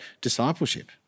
discipleship